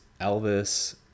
Elvis